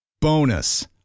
Bonus